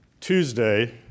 Tuesday